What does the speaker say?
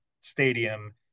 stadium